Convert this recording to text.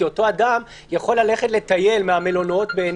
כי אותו אדם יכול ללכת לטייל מהמלונות בעין